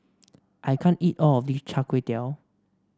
I can't eat all of this Char Kway Teow